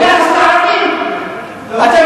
ביחס לערבים, אתם